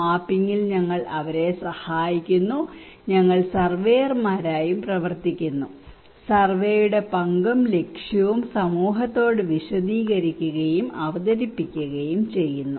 മാപ്പിംഗിൽ ഞങ്ങൾ അവരെ സഹായിക്കുന്നു ഞങ്ങൾ സർവേയർമാരായും പ്രവർത്തിക്കുന്നു സർവേയുടെ പങ്കും ലക്ഷ്യവും സമൂഹത്തോട് വിശദീകരിക്കുകയും അവതരിപ്പിക്കുകയും ചെയ്യുന്നു